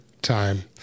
time